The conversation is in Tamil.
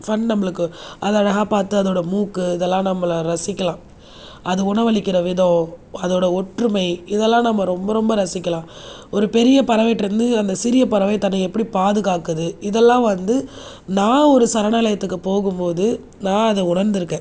ஃபன் நம்மளுக்கு அதை அழகாக பார்த்து அதோடய மூக்கு இதெல்லாம் நம்ம ரசிக்கலாம் அதை உணவளிக்கற விதம் அதோடய ஒற்றுமை இதெல்லாம் நாம் ரொம்ப ரொம்ப ரசிக்கலாம் ஒரு பெரிய பறவைகிட்டருந்து அந்த சிறிய பறவை தன்னை எப்படி பாதுகாக்குது இதெல்லாம் வந்து நான் ஒரு சரணாலயத்துக்கு போகும் போது நான் அதை உணர்ந்துருக்கேன்